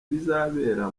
bizabera